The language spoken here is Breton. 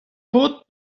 paotr